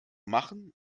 machen